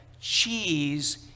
cheese